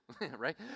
right